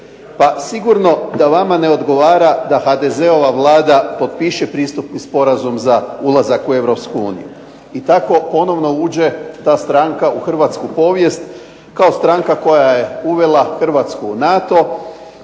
Pa sigurno da vama ne odgovara da HDZ-ova Vlada potpiše pristupni sporazum za ulazak u Europsku uniju, i tako ponovno uđe ta stranka u hrvatsku povijest kao stranka koja je uvela Hrvatsku u NATO,